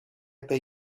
pay